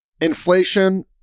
Inflation